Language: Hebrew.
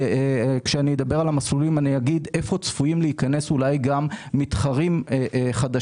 כשאני אדבר על המסלולים אני אגיד איפה צפויים אולי להיכנס מתחרים חדשים,